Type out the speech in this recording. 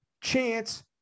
chance